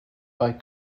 bei